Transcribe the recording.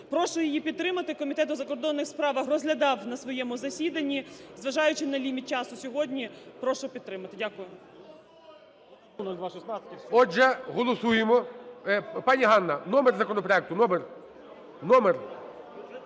Прошу її підтримати. Комітет з закордонних справах розглядав на своєму засіданні. Зважаючи на ліміт часу сьогодні, прошу підтримати. Дякую. ГОЛОВУЮЧИЙ. Отже, голосуємо. Пані Ганна, номер законопроекту? Номер.